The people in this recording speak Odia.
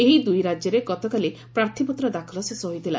ଏହି ଦୁଇ ରାଜ୍ୟରେ ଗତକାଲି ପ୍ରାର୍ଥୀପତ୍ର ଦାଖଲ ଶେଷ ହୋଇଥିଲା